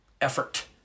effort